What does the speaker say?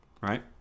Right